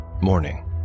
Morning